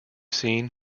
seen